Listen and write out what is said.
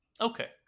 Okay